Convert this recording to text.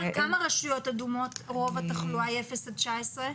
רשויות אדומות רוב התחלואה היא מגיל אפס עד 19?